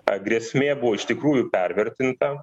a grėsmė buvo iš tikrųjų pervertinta